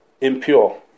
impure